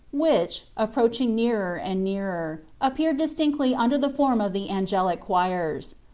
which, approaching nearer and nearer, appeared distinctly under the form of the angelic choirs.